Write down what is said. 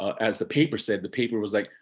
as the paper said, the paper was like,